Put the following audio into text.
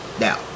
Now